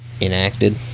enacted